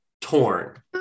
torn